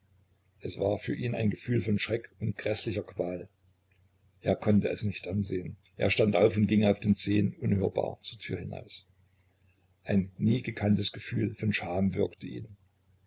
es war für ihn ein gefühl von schreck und gräßlicher qual er konnte es nicht ansehen er stand auf und ging auf den zehen unhörbar zur tür hinaus ein nie gekanntes gefühl von scham würgte ihn